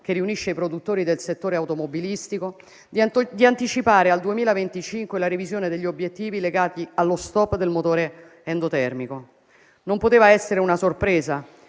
che riunisce i produttori del settore automobilistico di anticipare al 2025 la revisione degli obiettivi legati allo *stop* del motore endotermico. Non poteva essere una sorpresa